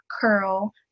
Curl